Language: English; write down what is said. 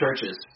churches